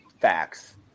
Facts